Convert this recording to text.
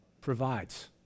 provides